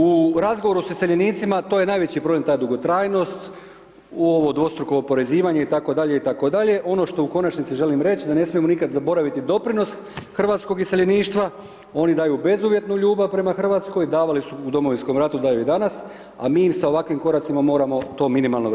U razgovoru s iseljenicima, to je najveći problem, ta dugotrajnost u ovo dvostruko oporezivanje itd., itd., ono što u konačnosti želim reć da ne smijemo nikada zaboraviti doprinos hrvatskog iseljeništva, oni daju bezuvjetnu ljubav prema Hrvatskoj, davali su u Domovinskom ratu, daju i danas, a mi im sa ovakvim koracima moramo to minimalno vratiti.